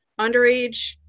underage